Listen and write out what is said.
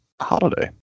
Holiday